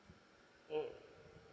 mm